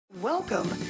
Welcome